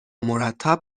مرتب